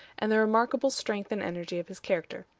and the remarkable strength and energy of his character.